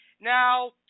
Now